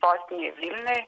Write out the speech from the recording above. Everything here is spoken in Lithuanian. sostinei vilniuj